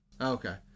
Okay